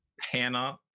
Hannah